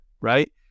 right